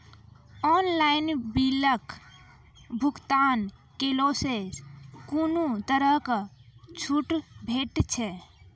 Online बिलक भुगतान केलासॅ कुनू तरहक छूट भेटै छै?